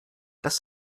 das